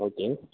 okay